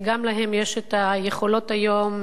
גם להם יש את היכולות היום,